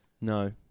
No